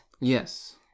yes